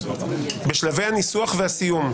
בשלבי הניסוח והסיום,